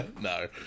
No